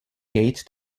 gate